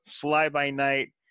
fly-by-night